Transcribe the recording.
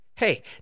Hey